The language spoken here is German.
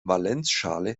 valenzschale